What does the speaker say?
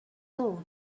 too